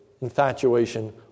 infatuation